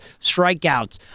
strikeouts